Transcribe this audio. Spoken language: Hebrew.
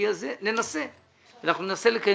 ואני עשיתי פה --- אני מבקש לקיים